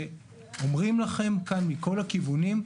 שאומרים לכם כאן מכל הכיוונים,